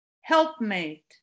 helpmate